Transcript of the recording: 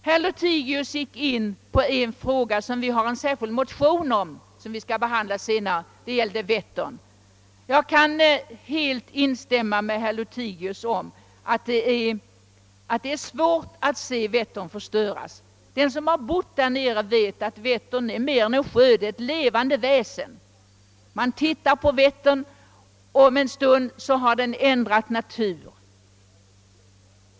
Herr Lothigius gick in på en fråga där det finns en särskild motion som skall behandlas senare; den gällde Vättern. Jag kan helt instämma med herr Lothigius i att det är svårt att se Vättern förstöras. Den som har bott där nere vet att Vättern är mer än en sjö — den är ett levande väsen. Bara på en liten stund kan den helt ändra karaktär.